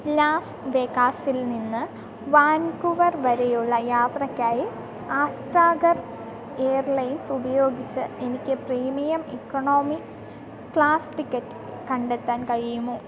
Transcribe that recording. Las വേഗാസിൽ നിന്ന് Vancouver വരെയുള്ള യാത്രയ്ക്കായി ആസ്ട്രാഖാൻ എയർലൈൻസ് ഉപയോഗിച്ച് എനിക്ക് പ്രീമിയം ഇക്കണോമി ക്ലാസ് ടിക്കറ്റ് കണ്ടെത്താൻ കഴിയുമോ